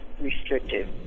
restrictive